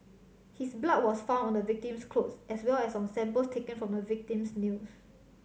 his blood was found on the victim's clothes as well as on samples taken from the victim's nails